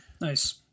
Nice